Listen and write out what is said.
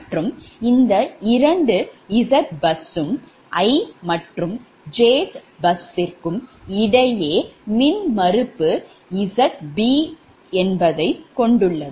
மற்றும் இந்த 2 Zbus i மற்றும் j பஸ்யிற்கும் இடையே மின்மறுப்பு Zb உள்ளது